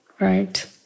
right